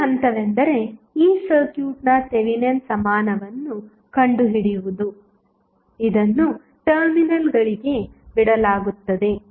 ಮೊದಲ ಹಂತವೆಂದರೆ ಈ ಸರ್ಕ್ಯೂಟ್ನ ಥೆವೆನಿನ್ ಸಮಾನವನ್ನು ಕಂಡುಹಿಡಿಯುವುದು ಇದನ್ನು ಟರ್ಮಿನಲ್ಗಳಿಗೆ ಬಿಡಲಾಗುತ್ತದೆ